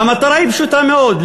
והמטרה היא פשוטה מאוד,